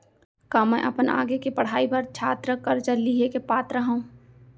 का मै अपन आगे के पढ़ाई बर छात्र कर्जा लिहे के पात्र हव?